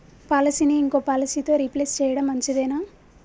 పాలసీని ఇంకో పాలసీతో రీప్లేస్ చేయడం మంచిదేనా?